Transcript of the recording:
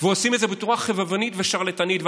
ועושים את זה בצורה חובבנית ושרלטנית.